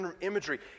imagery